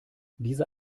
diese